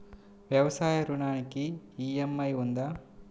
వ్యవసాయ ఋణానికి ఈ.ఎం.ఐ ఉందా?